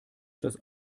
das